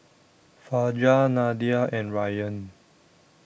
Fajar Nadia and Ryan